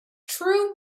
true